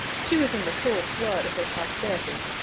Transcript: she was in the full flood of her prosperity,